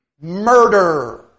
murder